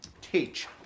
teach